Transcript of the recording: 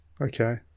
Okay